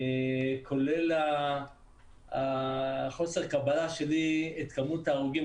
כולל חוסר הקבלה שלי את כמות ההרוגים,